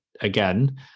again